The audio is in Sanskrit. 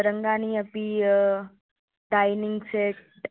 रङ्गानि अपि डैनिङ्ग् सेट्